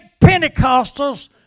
Pentecostals